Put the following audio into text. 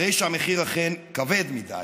הרי שהמחיר אכן כבד מדי.